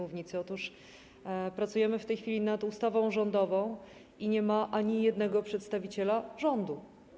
Otóż pracujemy w tej chwili nad ustawą rządową, a nie ma tu ani jednego przedstawiciela rządu.